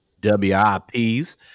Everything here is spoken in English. WIPs